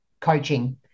coaching